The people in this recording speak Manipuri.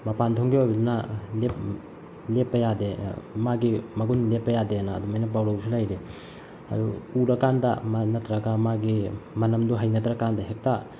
ꯃꯄꯥꯟꯊꯣꯡꯒꯤ ꯑꯣꯏꯕꯗꯨꯅ ꯂꯦꯞꯄ ꯌꯥꯗꯦ ꯃꯥꯒꯤ ꯃꯒꯨꯟ ꯂꯦꯞꯄ ꯌꯥꯗꯦꯅ ꯑꯗꯨꯃꯥꯏꯅ ꯄꯥꯎꯔꯧꯁꯨ ꯂꯩꯔꯤ ꯑꯗꯨ ꯎꯔ ꯀꯥꯟꯗ ꯃꯥ ꯅꯠꯇ꯭ꯔꯒ ꯃꯥꯒꯤ ꯃꯅꯝꯗꯨ ꯍꯩꯅꯗ꯭ꯔ ꯀꯥꯟꯗ ꯍꯦꯛꯇ